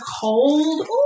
cold